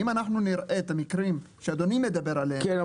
אם אנחנו נראה את המקרים שאדוני מדבר עליהם -- כן,